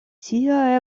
tia